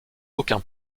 aucun